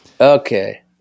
Okay